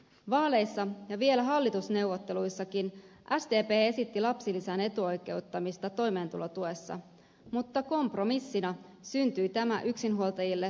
vaaleissa ja vielä hallitusneuvotteluissakin sdp esitti lapsilisän etuoikeuttamista toimeentulotuessa mutta kompromissina syntyi tämä yksinhuoltajille suunnattu korotus